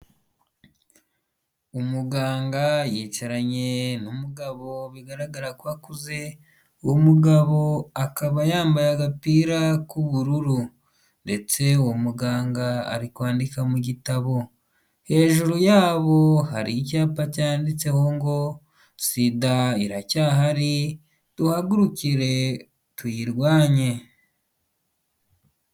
Umuganga yicaranye n'umugabo bigaragara ko akuze, uwo mugabo akaba yambaye agapira k'ubururu, ndetse muganga ari kwandika mu gitabo, hejuru yabo hari icyapa cyanditseho ngo sida iracyahari, duhagurukire tuyirwanye.